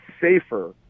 safer